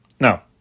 Now